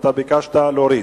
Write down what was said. אתה ביקשת להוריד?